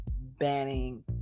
banning